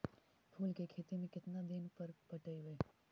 फूल के खेती में केतना दिन पर पटइबै?